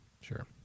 Sure